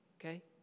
Okay